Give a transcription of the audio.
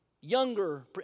younger